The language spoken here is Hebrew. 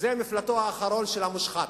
מפלטו האחרון של המושחת,